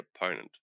opponent